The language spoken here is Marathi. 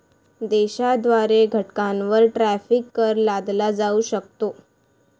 देशाद्वारे घटकांवर टॅरिफ कर लादला जाऊ शकतो